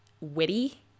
witty